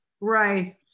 Right